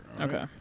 Okay